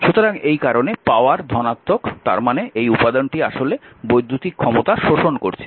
সুতরাং এই কারণে পাওয়ার ধনাত্মক তার মানে এই উপাদানটি আসলে বৈদ্যুতিক ক্ষমতা শোষণ করছে